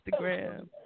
Instagram